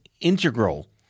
integral